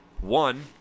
One